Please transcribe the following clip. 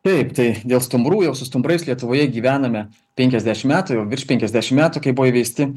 taip tai dėl stumbrų jau su stumbrais lietuvoje gyvename penkiasdešim metų jau virš penkiasdešim metų kai buvo įveisti